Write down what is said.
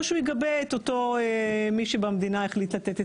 או שהוא יגבה את אותו מי שבמדינה החליט לתת את